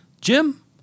Jim